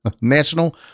National